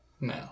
No